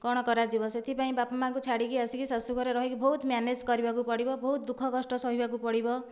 କ'ଣ କରାଯିବ ସେଥିପାଇଁ ବାପା ମାଆଙ୍କୁ ଛାଡ଼ିକି ଶାଶୁ ଘରେ ରହିକି ବହୁତ ମ୍ୟାନେଜ୍ କରିବାକୁ ପଡ଼ିବ ବହୁତ ଦୁଃଖ କଷ୍ଟ ସହିବାକୁ ପଡ଼ିବ